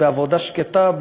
בעבודה שקטה,